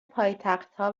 پایتختها